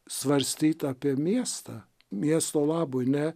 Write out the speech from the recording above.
svarstyt apie miestą miesto labui ne